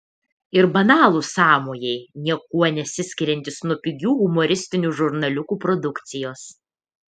ir banalūs sąmojai niekuo nesiskiriantys nuo pigių humoristinių žurnaliukų produkcijos